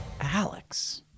Alex